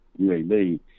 UAB